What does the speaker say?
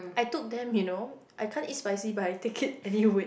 I took them you know I can't eat spicy but I take it anyway